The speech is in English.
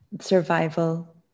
Survival